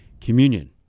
communion